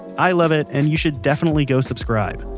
i love it, and you should definitely go subscribe.